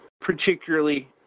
particularly